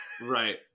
Right